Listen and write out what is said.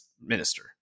Minister